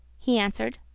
he answered.